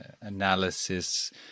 Analysis